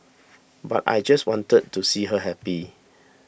but I just wanted to see her happy